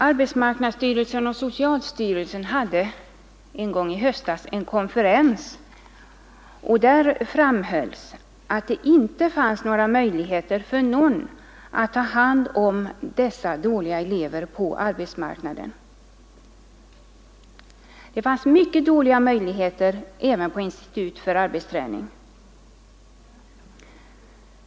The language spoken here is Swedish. Arbetsmarknadsstyrelsen och socialstyrelsen hade en gång i höstas en konferens, och där framhölls att det inte fanns många möjligheter för någon att på arbetsmarknaden ta hand om dessa dåliga elever och mycket dåliga möjligheter även på institut för arbetsträning.